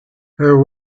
her